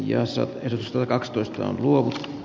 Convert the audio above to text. ja se edustaa kaksitoista luovut